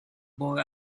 boy